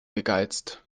gegeizt